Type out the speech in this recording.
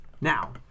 Now